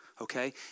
okay